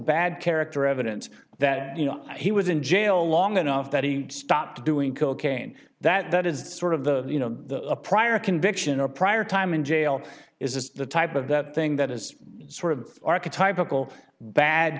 bad character evidence that you know he was in jail long enough that he stopped doing cocaine that is sort of the you know the a prior conviction a prior time in jail is this the type of the thing that is sort of archetypical bad